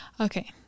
Okay